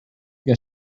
que